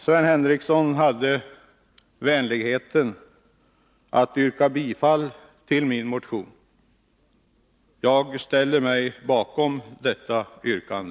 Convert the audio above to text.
Sven Henricsson hade vänligheten att yrka bifall till min motion. Jag ställer mig bakom detta yrkande.